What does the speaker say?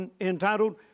entitled